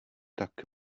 tak